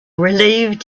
relieved